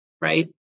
Right